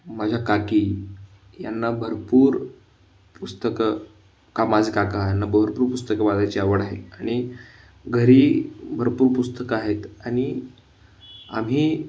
माझ्या काकी यांना भरपूर पुस्तकं का माझे काका यांना भरपूर पुस्तकं वाचायची आवड आहे आणि घरी भरपूर पुस्तकं आहेत आणि आम्ही